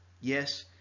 Yes